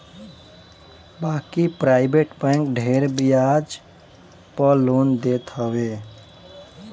बाकी private bank ढेर बियाज पअ लोन देत हवे